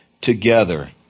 together